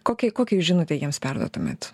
kokią kokią jūs žinutę jiems perduotumėt